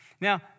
Now